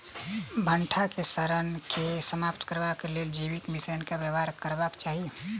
भंटा केँ सड़न केँ समाप्त करबाक लेल केँ जैविक मिश्रण केँ व्यवहार करबाक चाहि?